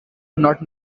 not